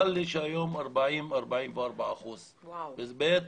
צר לי שהיום אנחנו עומדים על 44-40 אחוזי אבטלה.